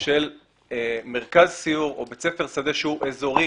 של מרכז סיור או בית ספר שדה שהוא אזורי,